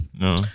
No